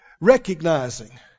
recognizing